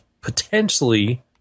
potentially